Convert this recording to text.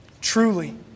truly